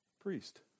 priest